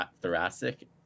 thoracic